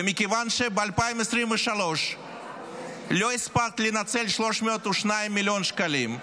ומכיוון שב-2023 לא הספקת לנצל 302 מיליון שקלים,